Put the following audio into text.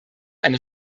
eine